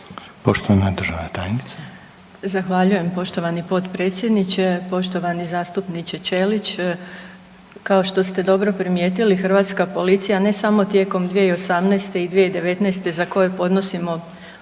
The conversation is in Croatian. Poštovana državna tajnice.